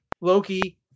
Loki